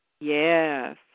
Yes